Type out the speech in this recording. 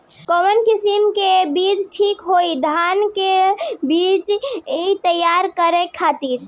कवन किस्म के बीज ठीक होई धान के बिछी तैयार करे खातिर?